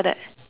then